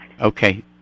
Okay